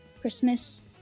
Christmas